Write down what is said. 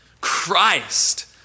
Christ